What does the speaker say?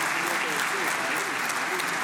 (מחיאות כפיים)